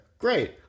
great